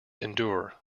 endure